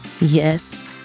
Yes